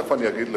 ותיכף אגיד,